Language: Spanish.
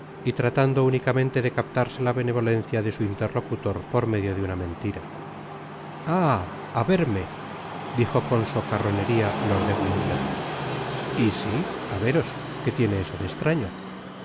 y tratando únicamente de captarse la benevolencia de u interlocutor por medio de una mentira ah i á verme dijo con socarroneria lord de winter y si á veros qué tiene eso de estraño